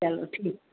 चलो ठीकु आहे